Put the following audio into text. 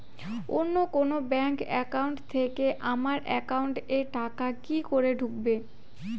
অন্য কোনো bank account থেকে আমার একাউন্ট এ টাকা কি করে ঢুকবে?